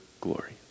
glory